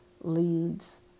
leads